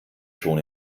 schon